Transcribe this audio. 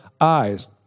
eyes